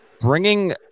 bringing